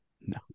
no